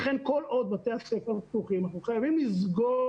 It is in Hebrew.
לכן, כל עוד בתי הספר פתוחים, אנחנו חייבים לסגור